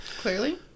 clearly